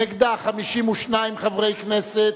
נגדה, 52 חברי כנסת,